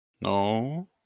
No